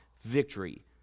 victory